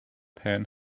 pan